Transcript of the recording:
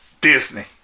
Disney